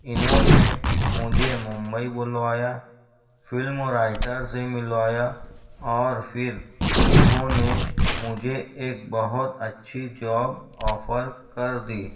انہوں نے مجھے ممبئی بلوایا فلم رایٹر سے ملوایا اور پھر انہوں نے مجھے ایک بہت اچھی جاب آفر کردی